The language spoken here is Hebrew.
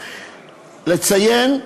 לציין,